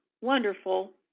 wonderful